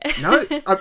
No